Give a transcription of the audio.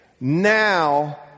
now